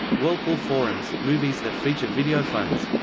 wirlpool forums movies that feature videophones